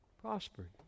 prospered